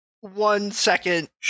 one-second